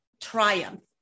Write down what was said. triumph